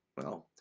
well,